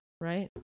right